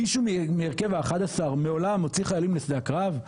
מישהו מהרכב ה- 11 מעולם הוציא חיילים לשדה הקרב?